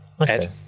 Okay